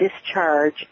discharge